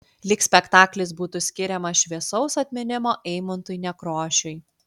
lyg spektaklis būtų skiriamas šviesaus atminimo eimuntui nekrošiui